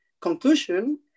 conclusion